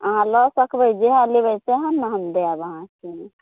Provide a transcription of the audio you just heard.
अहाँ लऽ सकबै जेहे लेबै सएहने हम देब अहाँके